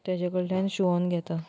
तेजे कडल्यान शिंवोन घेता